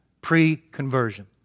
Pre-conversion